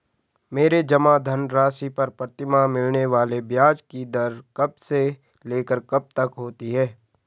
मेरे जमा धन राशि पर प्रतिमाह मिलने वाले ब्याज की दर कब से लेकर कब तक होती है?